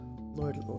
Lord